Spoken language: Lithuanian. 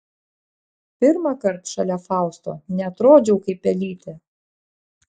pirmąkart šalia fausto neatrodžiau kaip pelytė